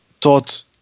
taught